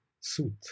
suit